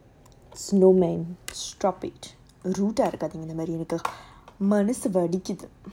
slow man stop it மனசுவலிக்குது:manasu valikuthu